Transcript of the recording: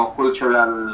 cultural